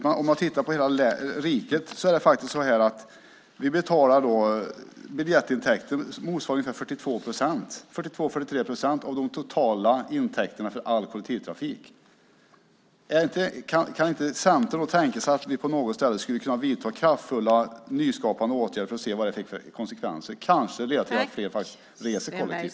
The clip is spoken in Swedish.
Men om vi tittar på hela riket betalar vi biljettintäkter som motsvarar ungefär 42-43 procent av de totala intäkterna av all kollektivtrafik. Kan inte Centern tänka sig att vi på något ställe skulle kunna vidta kraftfulla, nyskapande åtgärder och se vad det får för konsekvenser? Det kanske kan leda till att fler reser kollektivt.